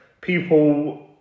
people